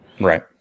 Right